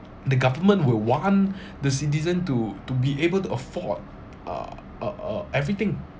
the government will want the citizen to to be able to afford uh uh uh everything